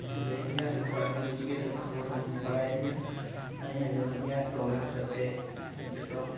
ᱞᱟᱹᱭᱮᱫ ᱜᱮᱭᱟᱭ ᱟᱨ ᱡᱚᱛᱚᱣᱟᱜ ᱱᱤᱭᱩᱡᱽ ᱜᱮ ᱠᱷᱚᱵᱚᱨ ᱵᱚᱱ ᱵᱟᱲᱟᱭᱮᱫ ᱜᱮᱭᱟ ᱟᱨ ᱞᱤᱧ ᱟᱸᱡᱚᱢᱮᱫ ᱜᱮᱭᱟ ᱛᱚ ᱚᱱᱟ ᱦᱤᱥᱟᱹᱵ ᱛᱮ ᱡᱚᱛᱚ